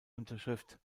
unterschrift